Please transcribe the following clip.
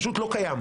פשוט לא קיים.